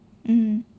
mm